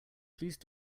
please